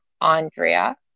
Andrea